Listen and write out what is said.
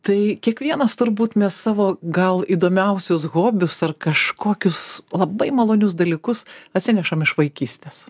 tai kiekvienas turbūt mes savo gal įdomiausius hobius ar kažkokius labai malonius dalykus atsinešam iš vaikystės